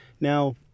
Now